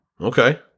okay